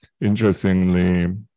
interestingly